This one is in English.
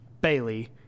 Bailey